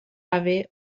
haver